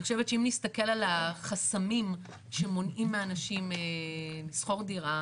אני חושבת שאם נסתכל על חסמים שמונעים מאנשים לשכור דירה,